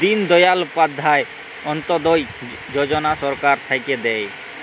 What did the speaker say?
দিন দয়াল উপাধ্যায় অন্ত্যোদয় যজনা সরকার থাক্যে দেয়